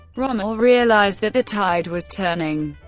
rommel realised that the tide was turning.